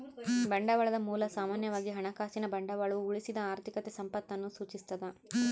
ಬಂಡವಾಳದ ಮೂಲ ಸಾಮಾನ್ಯವಾಗಿ ಹಣಕಾಸಿನ ಬಂಡವಾಳವು ಉಳಿಸಿದ ಆರ್ಥಿಕ ಸಂಪತ್ತನ್ನು ಸೂಚಿಸ್ತದ